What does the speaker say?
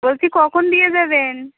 বলছি কখন দিয়ে দেবেন